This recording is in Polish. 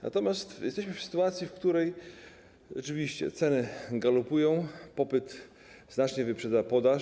Natomiast jesteśmy w sytuacji, w której rzeczywiście ceny galopują, popyt znacznie wyprzedza podaż.